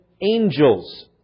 angels